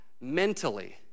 mentally